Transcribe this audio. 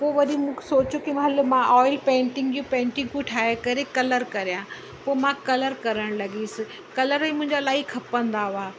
पोइ वरी मूं सोचियो की हल मां ऑयल पेंटिंगूं पेंटिंगूं ठाहे करे कलर कयां पोइ मां कलर करणु लॻियसि कलर ई मुंहिंजा इलाही खपंदा हुआ